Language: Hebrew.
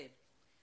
ובסמכות מי לשנות.